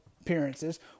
appearances